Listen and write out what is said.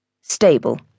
stable